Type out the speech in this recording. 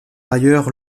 ailleurs